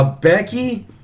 Becky